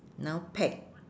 now pack